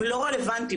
לא רלוונטיים.